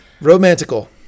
Romantical